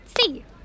See